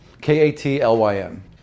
K-A-T-L-Y-N